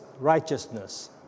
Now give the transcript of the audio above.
righteousness